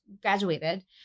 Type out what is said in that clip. graduated